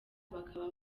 bakaba